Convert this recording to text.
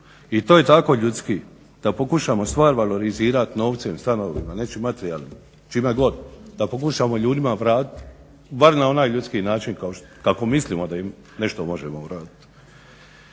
i to je zakon ljudski, da pokušamo stvar valorizirat novcem, stanovima, nečim materijalnim, čime god da pokušavamo ljudi vratit bar na onaj ljudski način kako mislimo da nešto možemo uradit.